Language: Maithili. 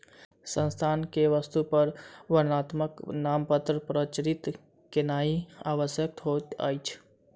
संस्थान के वस्तु पर वर्णात्मक नामपत्र प्रचारित केनाई आवश्यक होइत अछि